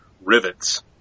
rivets